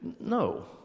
No